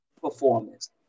performance